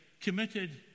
committed